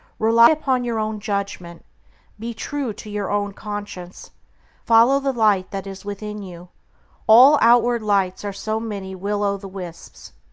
rely upon your own judgment be true to your own conscience follow the light that is within you all outward lights are so many will-o'-the-wisps.